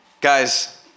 guys